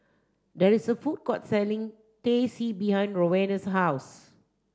there is a food court selling Teh C behind Rowena's house